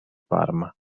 parma